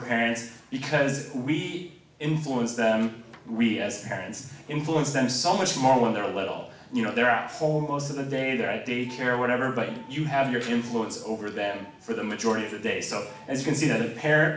parents because we influence that we as parents influence them so much more when they're little you know they're out for most of the day the right daycare or whatever but you have your few influence over them for the majority of the day so as you can see the parent parent